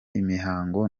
imihango